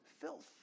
filth